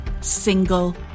single